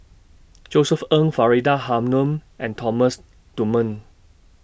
Josef Ng Faridah Hanum and Thomas Dunman